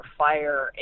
fire